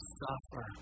suffer